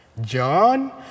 John